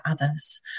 others